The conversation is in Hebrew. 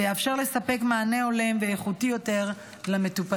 ויאפשר לספק מענה הולם ואיכותי יותר למטופלים.